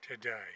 today